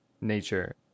nature